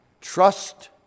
trust